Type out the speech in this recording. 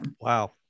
Wow